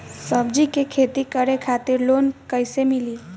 सब्जी के खेती करे खातिर लोन कइसे मिली?